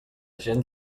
gent